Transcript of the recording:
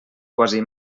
quasi